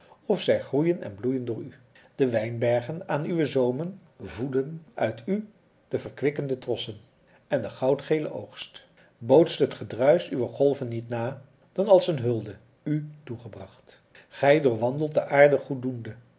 of zij groeien en bloeien door u de wijnbergen aan uwe zoomen voeden uit u de verkwikkende trossen en de goud gele oogst bootst het gedruisch uwer golven niet na dan als een hulde u toegebracht gij doorwandelt de aarde goeddoende